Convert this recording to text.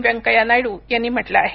वेंकय्या नायडू यांनी म्हटलं आहे